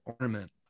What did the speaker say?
ornament